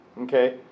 Okay